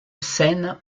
seine